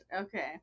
okay